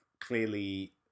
clearly